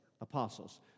Apostles